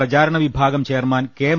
C പ്രചാരണവിഭാഗം chairman K